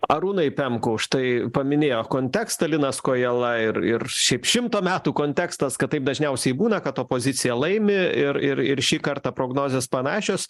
arūnai pemkau štai paminėjo kontekstą linas kojala ir ir šiaip šimto metų kontekstas kad taip dažniausiai būna kad opozicija laimi ir ir ir šį kartą prognozės panašios